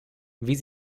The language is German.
wie